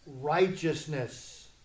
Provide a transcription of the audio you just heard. righteousness